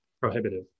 prohibitive